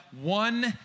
one